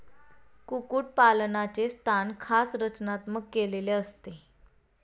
कुक्कुटपालनाचे स्थान खास रचनात्मक केलेले असते